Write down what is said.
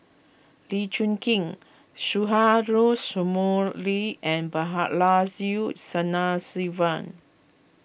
Lee Choon keen Sumari and Balaji Sadasivan